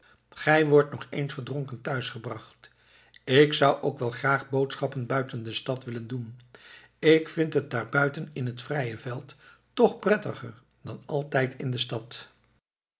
gij wordt nog eens verdronken thuisgebracht ik zou ook wel graag boodschappen buiten de stad willen doen ik vind het daar buiten in het vrije veld toch prettiger dan altijd in de stad